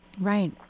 Right